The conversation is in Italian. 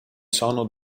sono